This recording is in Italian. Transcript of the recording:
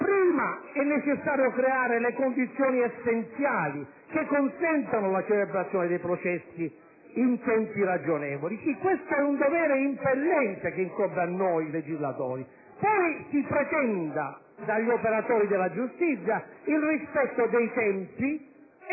Prima è necessario creare le condizioni essenziali atte a consentire la celebrazione dei processi in tempi ragionevoli - certo, è questo un dovere impellente che incombe su noi legislatori -, poi si pretenda dagli operatori della giustizia il rispetto dei tempi,